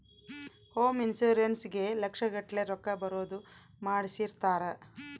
home insurance ಗೇ ಲಕ್ಷ ಗಟ್ಲೇ ರೊಕ್ಕ ಬರೋದ ಮಾಡ್ಸಿರ್ತಾರ